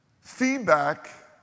Feedback